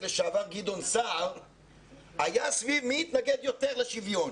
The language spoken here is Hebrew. לשעבר גדעון סער היה סביב מי יתנגד יותר לשוויון.